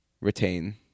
retain